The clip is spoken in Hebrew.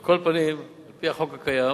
על כל פנים, על-פי החוק הקיים,